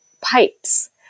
pipes